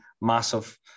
massive